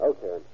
Okay